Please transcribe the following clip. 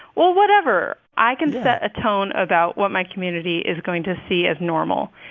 well, whatever. i can set a tone about what my community is going to see as normal.